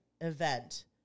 event